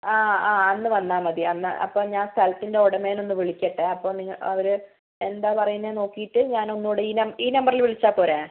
ആ ആ അന്ന് വന്നാൽ മതി എന്നാൽ അപ്പോൾ ഞാൻ സ്ഥലത്തിൻ്റെ ഉടമേനെ ഒന്ന് വിളിക്കട്ടെ അപ്പോൾ നിങ്ങൾ അവർ എന്താണ് പറയുന്നതെന്ന് നോക്കിയിട്ട് ഞാനൊന്നൂടേ ഈ നമ് ഈ നമ്പറിൽ വിളിച്ചാൽ പോരേ